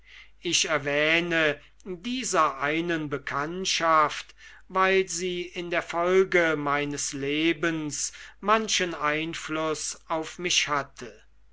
ich erwähne dieser einen bekanntschaft weil sie in der folge meines lebens manchen einfluß auf mich hatte